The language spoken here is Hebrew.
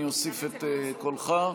אני אוסיף את קולך,